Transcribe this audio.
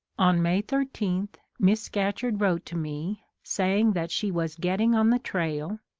on may thirteen miss scatcherd wrote to me saying that she was getting on the trail,